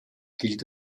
gilt